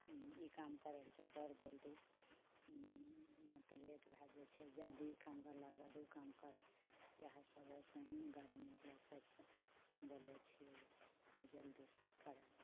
ई काम करैलए छै ओ कर जल्दी नहि तऽ लेट भऽ जाइ छै जल्दी काम करलाके बाद ओ काम कर इएह सब अइसेही घरमे सबसँ बोलै छिए कि जल्दीसँ करैलए